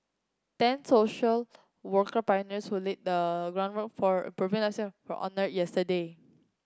ten social worker pioneers who laid the groundwork for improving lives were honoured yesterday